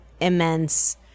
immense